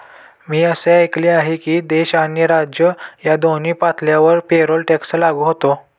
मी असे ऐकले आहे की देश आणि राज्य या दोन्ही पातळ्यांवर पेरोल टॅक्स लागू होतो